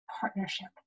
partnership